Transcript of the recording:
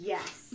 Yes